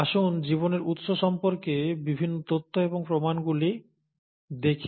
আসুন জীবনের উৎস সম্পর্কে বিভিন্ন তত্ত্ব এবং প্রমাণগুলি দেখি